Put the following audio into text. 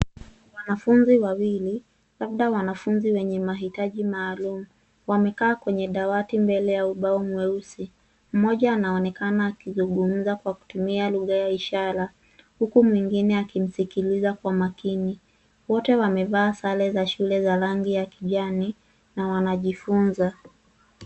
Wanafunzi wawili labda wanafunzi wenye mahitaji maalum, wamekaa kwenye dawati mbele ya ubao mweusi. Mmoja anaonekana akizungumza kwa kutumia lugha ya ishara huku mwingine akimsikiliza kwa makini. Wote wamevaa sare za shule za rangi ya kijani na wanajifunza.